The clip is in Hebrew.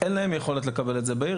אין להם יכולת לקבל את זה בעיר,